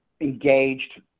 engaged